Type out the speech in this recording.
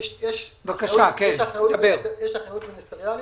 יש אחריות מיניסטריאלית.